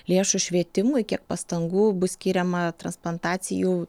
lėšų švietimui kiek pastangų bus skiriama transplantacijų